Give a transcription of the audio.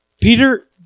Peter